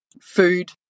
food